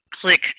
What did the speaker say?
click